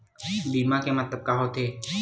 बीमा के मतलब का होथे?